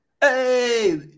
Hey